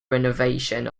renovation